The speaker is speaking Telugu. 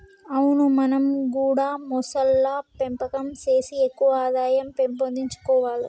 అవును మనం గూడా మొసళ్ల పెంపకం సేసి ఎక్కువ ఆదాయం పెంపొందించుకొవాలే